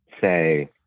say